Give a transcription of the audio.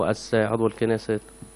אני מזמין את חבר הכנסת אבי דיכטר.